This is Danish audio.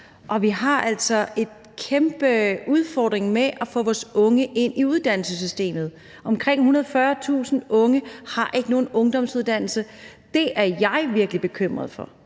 vi har altså en kæmpe udfordring med at få vores unge ind i uddannelsessystemet. Omkring 140.000 unge har ikke nogen ungdomsuddannelse. Det er jeg virkelig bekymret for.